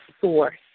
source